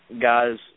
guys